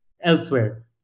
elsewhere